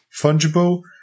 fungible